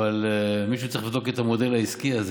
אבל מישהו צריך לבדוק את המודל העסקי הזה,